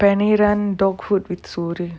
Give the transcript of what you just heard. food with soru